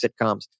sitcoms